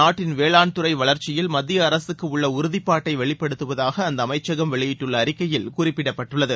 நாட்டின் வேளாண்துறை வளர்ச்சியில் மத்திய அரசுக்கு உள்ள உறுதிப்பாட்டை இது வெளிப்படுத்துவதாக அந்த அமைச்சகம் வெளியிட்டுள்ள அறிக்கையில் குறிப்பிடப்பட்டுள்ளது